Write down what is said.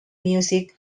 music